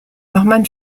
norman